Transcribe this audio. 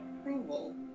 approval